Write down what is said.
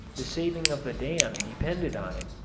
the saving of the dam depended on it.